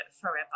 forever